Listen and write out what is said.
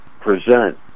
present